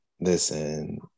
listen